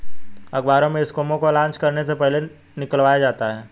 अखबारों में स्कीमों को लान्च करने से पहले निकलवाया जाता है